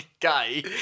gay